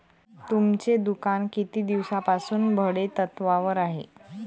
तुमचे दुकान किती दिवसांपासून भाडेतत्त्वावर आहे?